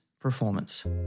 performance